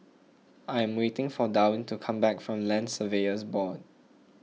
I am waiting for Darwyn to come back from Land Surveyors Board